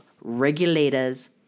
Regulators